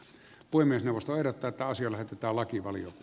puhemiesneuvosto erotetaan siellä kitalakivalio